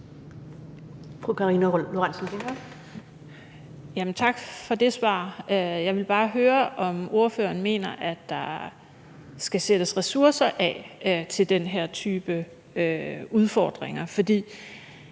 tak for det svar. Jeg vil bare høre, om ordføreren mener, at der skal sættes ressourcer af til den her type udfordringer.